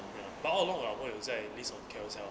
but all along ah 我有在 list on carousell